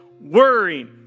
worrying